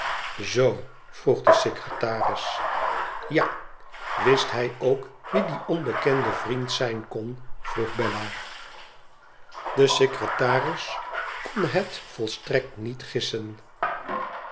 zoo vroeg de secretaris ja wistluj ook wie die onbekende vriend zijn kon vroeg bella de secretaris kon het volstrekt niet gissen